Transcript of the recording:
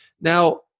Now